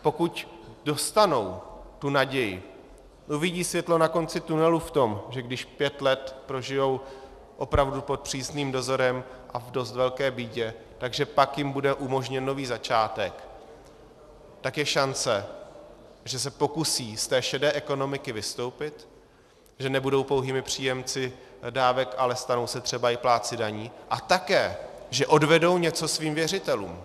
Pokud dostanou tu naději, uvidí světlo na konci tunelu v tom, že když pět let prožijí opravdu pod přísným dozorem a v dost velké bídě, tak že pak jim bude umožněn nový začátek, tak je šance, že se pokusí z té šedé ekonomiky vystoupit, že nebudou pouhými příjemci dávek, ale stanou se třeba i plátci daní a také že odvedou něco svým věřitelům.